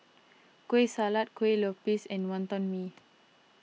Kueh Salat Kuih Lopes and Wonton Mee